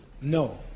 No